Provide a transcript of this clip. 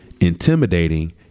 intimidating